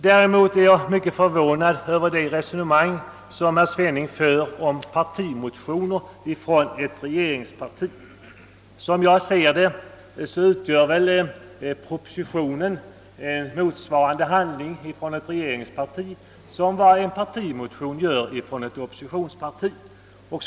Däremot är jag mycket förvånad över det resonemang herr Svenning för om partimotioner från ett regeringsparti. Som jag ser saken utgör en proposition ett regeringspartis motsvarighet till ett oppositionspartis partimotion.